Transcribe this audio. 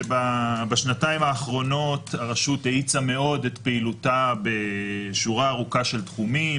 שבשנתיים האחרונות הרשות האיצה מאוד את פעילותה בשורה ארוכה של תחומים,